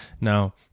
Now